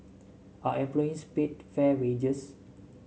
are employees paid fair wages